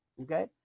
okay